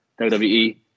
WWE